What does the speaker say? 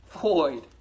void